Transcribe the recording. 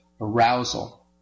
arousal